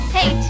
Hey